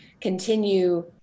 continue